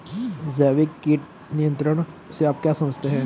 जैविक कीट नियंत्रण से आप क्या समझते हैं?